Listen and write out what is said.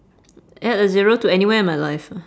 add a zero to anywhere in my life ah